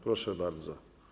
Proszę bardzo.